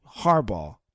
Harbaugh